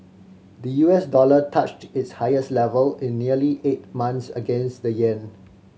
the U S dollar touched its highest level in nearly eight months against the yen